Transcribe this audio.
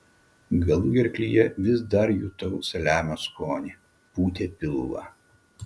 galugerklyje vis dar jutau saliamio skonį pūtė pilvą